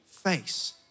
face